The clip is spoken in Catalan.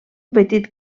petit